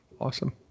Awesome